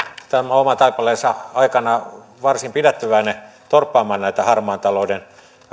oman taipaleensa aikana varsin pidättyväinen torppaamaan näitä harmaan talouden